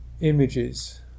images